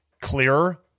clearer